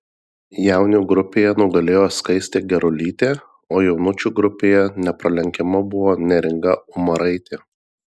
jaunių grupėje nugalėjo skaistė gerulytė o jaunučių grupėje nepralenkiama buvo neringa umaraitė